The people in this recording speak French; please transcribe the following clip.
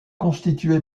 constitué